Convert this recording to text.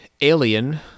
Alien